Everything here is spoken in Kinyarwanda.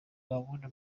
bankunda